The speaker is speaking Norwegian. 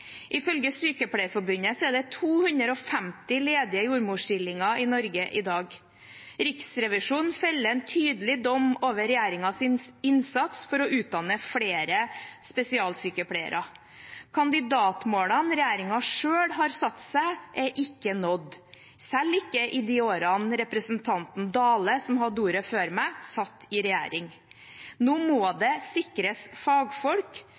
Ifølge Sykepleierforbundet er det 250 ledige jordmorstillinger i Norge i dag. Riksrevisjonen feller en tydelig dom over regjeringens innsats for å utdanne flere spesialsykepleiere. Kandidatmålene regjeringen selv har satt seg, er ikke nådd, selv ikke i de årene representanten Dale, som hadde ordet før meg, satt i regjering. Nå må det sikres fagfolk.